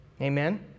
Amen